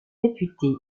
députés